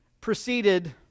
proceeded